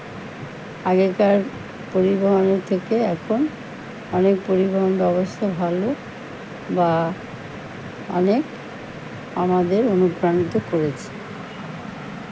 আগেকার পরিবহনের থেকে এখন অনেক পরিবহন ব্যবস্থা ভালো বা অনেক আমাদের অনুপ্রাণিত করেছে